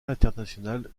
internationales